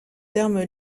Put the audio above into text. terme